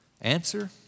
Answer